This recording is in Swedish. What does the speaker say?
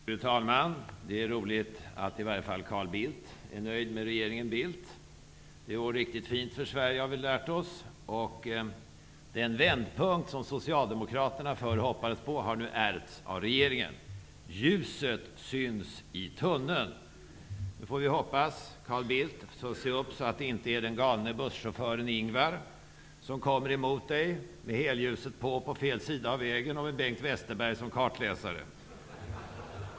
Fru talman! Det är roligt att i varje fall Carl Bildt är nöjd med regeringen Bildt. Vi har lärt oss att det går riktigt fint för Sverige. Den vändpunkt som Socialdemokraterna hoppades på förr, har nu ärvts av regeringen. Ljuset syns i tunneln, säger Carl Bildt. Vi får hoppas att Carl Bildt ser upp så att det inte är den galne busschauffören Ingvar som kommer emot honom med helljuset på, på fel sida av vägen och med Bengt Westerberg som kartläsare.